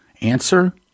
Answer